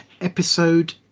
Episode